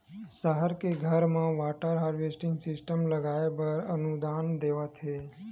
सहर के घर म वाटर हारवेस्टिंग सिस्टम लगवाए बर अनुदान देवत हे